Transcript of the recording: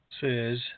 says